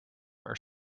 are